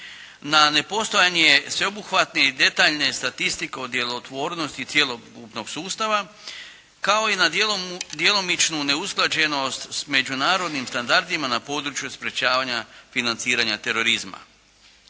na nepostojanje sveobuhvatne i detaljne statistike o djelotvornosti cjelokupnog sustava kao i na djelomičnu neusklađenost s međunarodnim standardima na području sprječavanja financiranja terorizma.